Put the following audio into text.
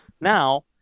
Now